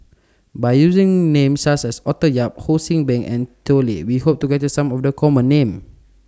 By using Names such as Arthur Yap Ho See Beng and Tao Li We Hope to capture Some of The Common Names